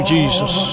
Jesus